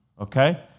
Okay